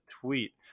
tweet